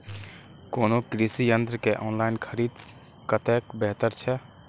कोनो कृषि यंत्र के ऑनलाइन खरीद कतेक बेहतर छै?